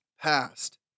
past